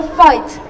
fight